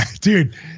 dude